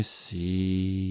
see